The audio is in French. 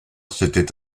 s’était